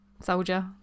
Soldier